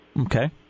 Okay